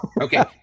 Okay